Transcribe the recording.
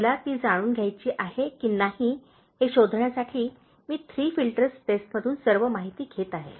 मला ती जाणून घ्यायची आहे की नाही हे शोधण्यासाठी मी थ्री फिल्टर्स टेस्टमधून सर्व माहिती घेत आहे